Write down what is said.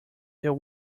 there